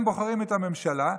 הם בוחרים את הממשלה,